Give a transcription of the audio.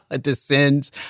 descends